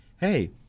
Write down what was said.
hey